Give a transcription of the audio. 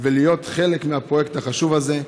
ולהיות חלק מהפרויקט החשוב הזה,